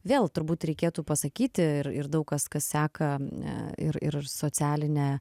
vėl turbūt reikėtų pasakyti ir ir daug kas kas seka ne ir ir socialinę